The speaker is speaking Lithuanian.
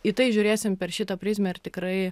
į tai žiūrėsim per šitą prizmę ar tikrai